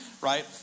right